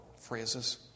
phrases